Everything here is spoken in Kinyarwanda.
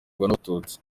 n’abatutsi